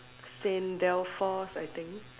Saint Belfast I think